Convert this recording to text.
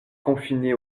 confinés